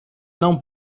não